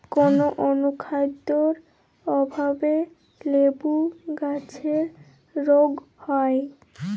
কোন অনুখাদ্যের অভাবে লেবু গাছের রোগ হয়?